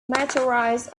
meteorites